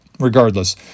Regardless